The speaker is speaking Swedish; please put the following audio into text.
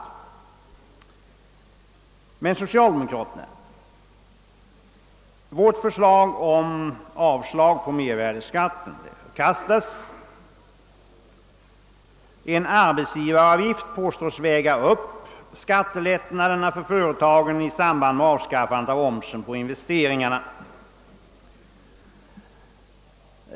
Men hur ställer sig socialdemokraterna? Ja, vårt förslag om avslag på mervärdeskatten förkastas. Den föreslagna arbetsgivaravgiften påstås väga upp skattelättnaderna för företagen i samband med avskaffandet av omsättningsskatten på investeringar.